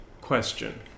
Question